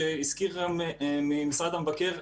שהזכיר משרד המבקר,